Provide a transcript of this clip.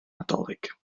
nadolig